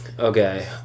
Okay